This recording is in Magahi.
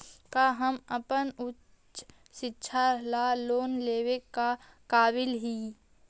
का हम अपन उच्च शिक्षा ला लोन लेवे के काबिल ही?